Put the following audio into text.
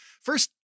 First